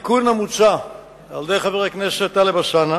התיקון המוצע על-ידי חבר הכנסת טלב אלסאנע